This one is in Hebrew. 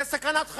זו סכנת חיים,